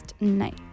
night